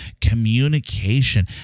Communication